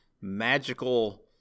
magical